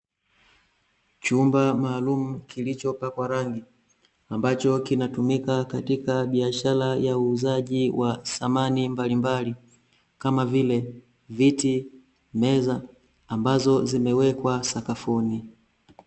Chumba maalumu kilichopakwa rangi, ambacho kinatumika katika biashara ya uuzaji wa samani mbalimbali, kama vile viti, meza, ambazo zimewekwa sakafuni.